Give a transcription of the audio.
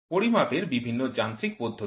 পরিমাপের বিভিন্ন যান্ত্রিক পদ্ধতি